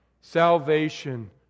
salvation